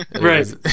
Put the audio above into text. Right